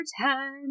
time